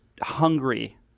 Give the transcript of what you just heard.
hungry